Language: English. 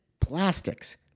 plastics